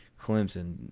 Clemson